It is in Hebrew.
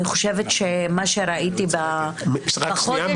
אני חושבת שמה שראיתי בחודש --- רק שנייה,